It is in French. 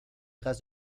grasse